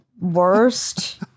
worst